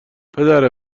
پدر